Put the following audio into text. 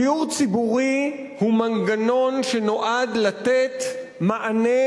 דיור ציבורי הוא מנגנון שנועד לתת מענה